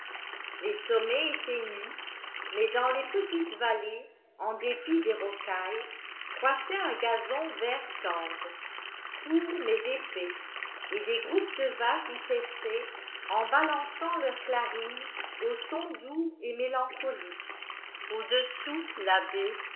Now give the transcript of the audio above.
les sommets étaient nus mais dans les petites vallées en dépit des rocailles croissait un gazon vert tendre court mais épais et des groupes de vaches y paissaient en balançant leurs clarines au son doux et mélancolique au dessous la baie